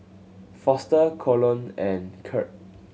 Foster Colon and Kirt